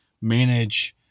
manage